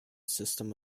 system